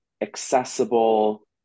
accessible